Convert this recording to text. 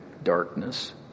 darkness